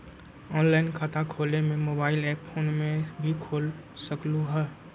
Online खाता खोले के मोबाइल ऐप फोन में भी खोल सकलहु ह?